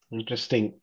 Interesting